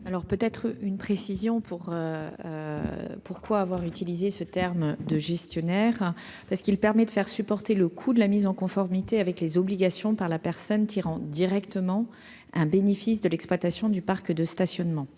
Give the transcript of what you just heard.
Alors, peut être une précision pour pourquoi avoir utilisé ce terme de gestionnaire, parce qu'il permet de faire supporter le coût de la mise en conformité avec les obligations par la personne tirant directement un bénéfice de l'exploitation du parc de stationnement